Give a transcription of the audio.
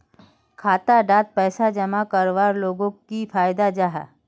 खाता डात पैसा जमा करवार लोगोक की फायदा जाहा?